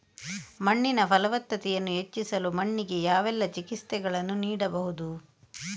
ಮಣ್ಣಿನ ಫಲವತ್ತತೆಯನ್ನು ಹೆಚ್ಚಿಸಲು ಮಣ್ಣಿಗೆ ಯಾವೆಲ್ಲಾ ಚಿಕಿತ್ಸೆಗಳನ್ನು ನೀಡಬಹುದು?